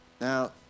Now